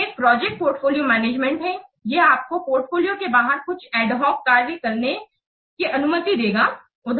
ये एक project portfolio management हैं यह आपको पोर्टफोलियो के बाहर कुछ एडहॉक कार्यों को करने की अनुमति देता है